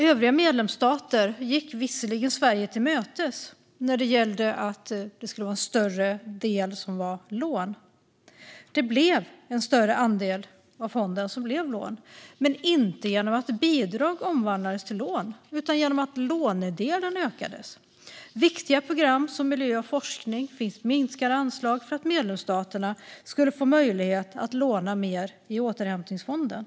Övriga medlemsstater gick visserligen Sverige till mötes när det gällde att det skulle vara en större del som var lån - det blev en större andel av fonden som blev lån, men inte genom att bidrag omvandlades till lån utan genom att lånedelen ökades. Viktiga program som miljö och forskning fick minskade anslag för att medlemsstaterna skulle få möjlighet att låna mer i återhämtningsfonden.